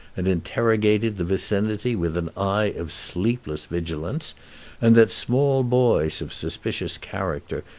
and interrogated the vicinity with an eye of sleepless vigilance and that small boys of suspicious character,